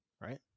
Right